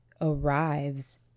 arrives